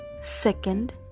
Second